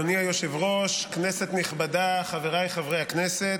אדוני היושב-ראש, כנסת נכבדה, חבריי חברי הכנסת,